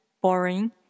boring